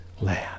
land